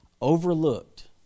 overlooked